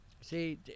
See